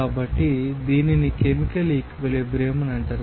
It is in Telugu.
కాబట్టి దీనిని కెమికల్ ఈక్విలిబ్రియం అంటారు